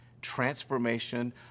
transformation